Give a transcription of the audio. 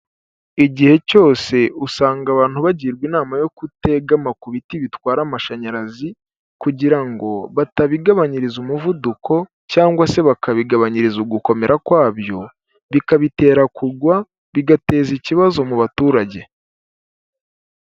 Igihe cyose usanga abantu bagirwa inama yo kutegama ku biti bitwara amashanyarazi kugira ngo batabigabanyiriza umuvuduko cyangwa se bakabigabanyiriza ugukomera kwabyo bikabitera kugwa bigateza ikibazo mu baturage.